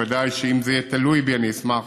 בוודאי שאם זה יהיה תלוי בי אני אשמח